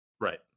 Right